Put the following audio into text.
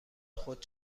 خود